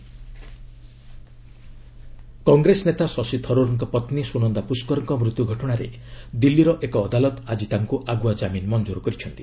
HC Tharoor Congress ନେତା ଶଶୀ ଥରୁର୍କ ପତ୍ନୀ ସୁନନ୍ଦା ପୁଷ୍କରଙ୍କ ମୃତ୍ୟୁ ଘଟଣାରେ ଦିଲ୍ଲୀର ଏକ ଅଦାଲତ ଆଜି ତାଙ୍କୁ ଆଗୁଆ କାମିନ ମଞ୍ଜୁର କରିଛନ୍ତି